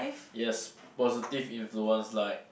yes positive influence like